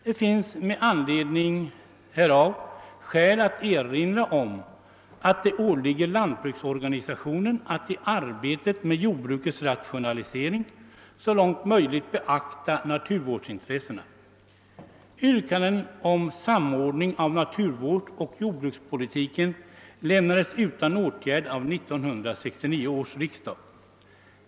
Det finns med anledning härav skäl att erinra om att det åligger lantbruksorganisationen att i arbetet med jordbrukets rationalisering så långt möjligt beakta naturvårdsintressena. Yrkanden om samordning av naturvården och jordbrukspolitiken lämnades utan åtgärd av 1969 års riksdag.